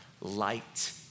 light